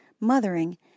mothering